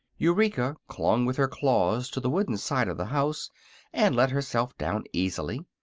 eureka clung with her claws to the wooden side of the house and let herself down easily.